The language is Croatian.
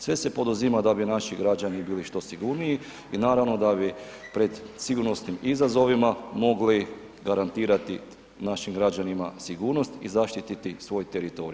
Sve se poduzima da bi naši građani bili što sigurniji i naravno da bi pred sigurnosnim izazovima mogli garantirati našim građanima sigurnost i zaštititi svoj teritorij.